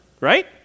right